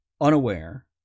unaware